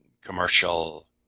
commercial